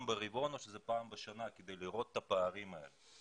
ברבעון או פעם בשנה כדי לראות את הפערים האלה?